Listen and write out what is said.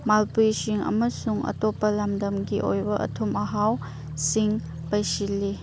ꯃꯥꯜꯄ꯭ꯔꯤꯁꯤꯡ ꯑꯃꯁꯨꯡ ꯑꯇꯣꯞꯄ ꯂꯝꯗꯝꯒꯤ ꯑꯣꯏꯕ ꯑꯊꯨꯝ ꯑꯍꯥꯎꯁꯤꯡ ꯄꯩꯁꯤꯜꯂꯤ